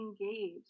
engage